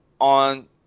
on